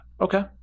Okay